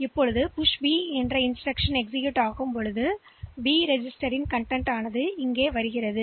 இந்த புஷ் பிஎனக்கு கிடைத்திருந்தால் இன்ஸ்டிரக்ஷன்ல் இந்த பி ரெஜிஸ்டர்உள்ளடக்கம் இங்கே வரும்